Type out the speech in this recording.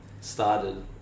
started